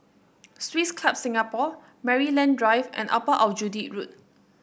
Swiss Club Singapore Maryland Drive and Upper Aljunied Road